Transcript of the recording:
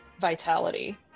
vitality